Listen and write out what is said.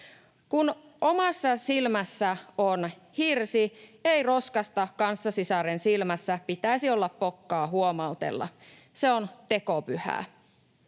Kun omassa silmässä on hirsi, ei roskasta kanssasisaren silmässä pitäisi olla pokkaa huomautella. Se on tekopyhää.